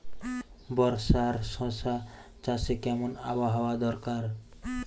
বর্ষার শশা চাষে কেমন আবহাওয়া দরকার?